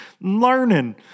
Learning